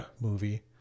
movie